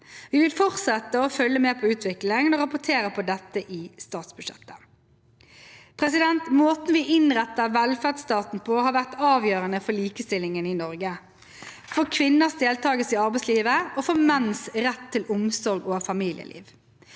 Vi vil fortsette å følge med på utviklingen og rapportere på dette i statsbudsjettet. Måten vi har innrettet velferdsstaten på, har vært avgjørende for likestillingen i Norge, for kvinners deltakelse i arbeidslivet og for menns rett til omsorg og familieliv.